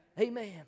amen